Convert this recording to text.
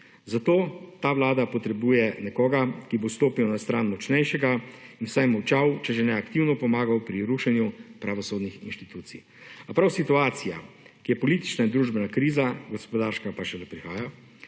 Zato ta Vlada potrebuje nekoga, ki bo stopil na stran močnejšega, bi vsaj molčal če že ne aktivno pomagal pri rušenju pravosodnih inštitucij. A prav situacija, ki je politična in družbena kriza, gospodarska pa šele prihaja,